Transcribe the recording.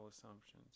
assumptions